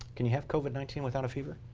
can you have covid nineteen without a fever?